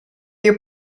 your